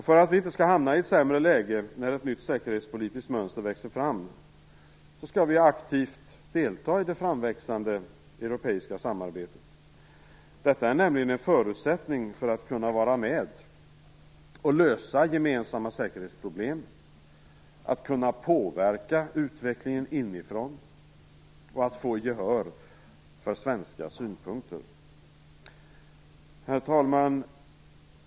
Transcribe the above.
För att vi inte skall hamna i ett sämre läge när ett nytt säkerhetspolitiskt mönster växer fram skall vi aktivt delta i det framväxande europeiska samarbetet. Det är nämligen en förutsättning för att vi skall kunna vara med och lösa gemensamma säkerhetsproblem, att kunna påverka utvecklingen inifrån och att få gehör för svenska synpunkter. Herr talman!